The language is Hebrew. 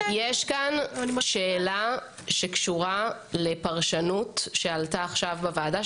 כאן שאלה שקשורה לפרשנות שעלתה עכשיו בוועדה,